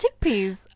chickpeas